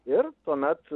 ir tuomet